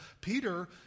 Peter